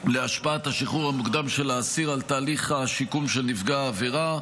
להשפעת השחרור המוקדם של האסיר על תהליך השיקום של נפגע העבירה.